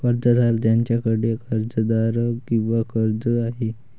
कर्जदार ज्याच्याकडे कर्जदार किंवा कर्ज आहे